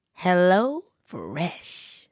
HelloFresh